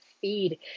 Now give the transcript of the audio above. feed